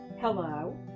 Hello